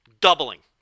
Doubling